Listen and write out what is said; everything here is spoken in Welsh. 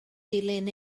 dilyn